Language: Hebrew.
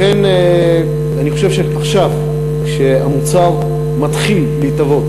לכן, אני חושב שעכשיו, כשהמוצר מתחיל להתהוות